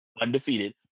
undefeated